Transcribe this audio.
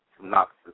synopsis